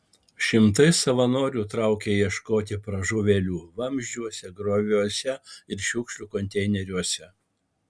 šimtai savanorių traukė ieškoti pražuvėlių vamzdžiuose grioviuose ir šiukšlių konteineriuose